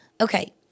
Okay